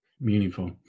Meaningful